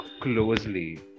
closely